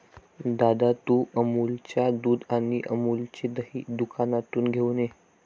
दादा, तू अमूलच्या दुध आणि अमूलचे दही दुकानातून घेऊन ये